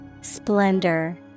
Splendor